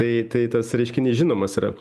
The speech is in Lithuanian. tai tai tas reiškinys žinomas yra